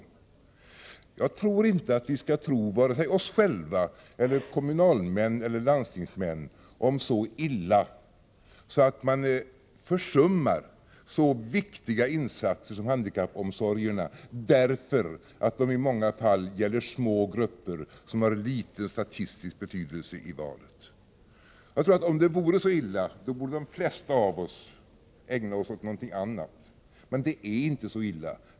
Vi skall väl inte tro så illa vare sig om oss själva eller om kommunalmännen eller om landstingsmännen, dvs. att man försummar så viktiga insatser som handikappomsorgen utgör därför att de insatserna i många fall gäller små grupper som har liten statistisk betydelse i valet. Om det vore så illa, borde de flesta av oss ägna sig åt någonting annat. Men det är inte så illa.